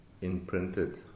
imprinted